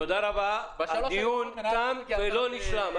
הדיון תם ולא נשלם.